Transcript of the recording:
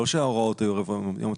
לא שההוראות היו ערב התחילה.